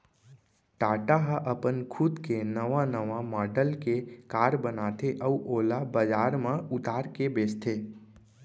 टाटा ह अपन खुद के नवा नवा मॉडल के कार बनाथे अउ ओला बजार म उतार के बेचथे